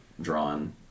drawn